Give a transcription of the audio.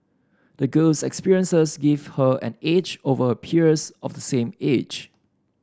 the girl's experiences gave her an edge over her peers of the same age